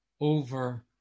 over